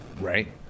right